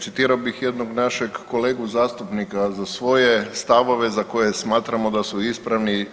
Citirao bih jednog našeg kolegu zastupnika za svoje stavove za koje smatramo da su ispravni.